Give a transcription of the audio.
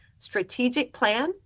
strategicplan